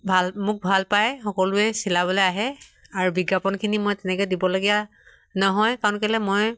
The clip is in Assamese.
ভাল মোক ভাল পায় সকলোৱে চিলাবলৈ আহে আৰু বিজ্ঞাপনখিনি মই তেনেকৈ দিবলগীয়া নহয় কাৰণ কেলে মই